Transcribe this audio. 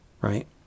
right